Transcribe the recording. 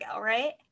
right